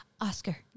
Oscar